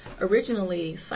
Originally